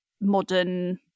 modern